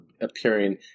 appearing